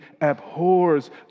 abhors